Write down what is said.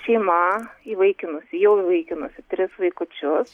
šeima įvaikinusi jau įvaikinusi tris vaikučius